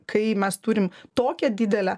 kai mes turim tokią didelę